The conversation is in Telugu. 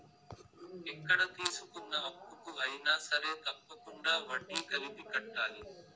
ఎక్కడ తీసుకున్న అప్పుకు అయినా సరే తప్పకుండా వడ్డీ కలిపి కట్టాలి